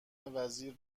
وزیر